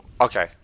Okay